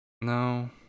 No